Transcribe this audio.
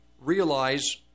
realize